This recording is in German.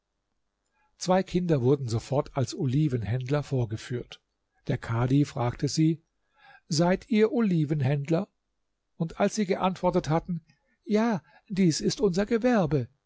zwei kinder wurden sofort als olivenhändler vorgeführt der kadhi fragte sie seid ihr olivenhändler und als sie geantwortet hatten ja dies ist unser gewerbe